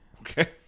Okay